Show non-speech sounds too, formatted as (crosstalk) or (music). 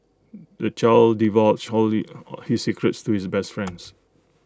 the child divulged all (unintelligible) his secrets to his best friends